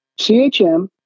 CHM